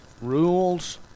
rules